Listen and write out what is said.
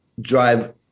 drive